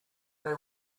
they